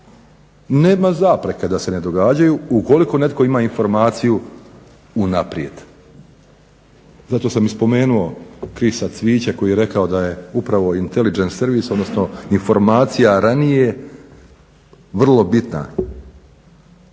Nema zapreka da se ne događaju ukoliko netko ima informaciju unaprijed, zato sam i spomenuo Chrisa Cviića koji je rekao da je upravo Intelligence servis odnosno informacija ranije vrlo bitna,